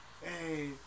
Hey